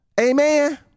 Amen